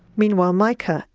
meanwhile, mica,